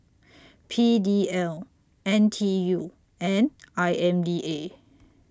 P D L N T U and I M D A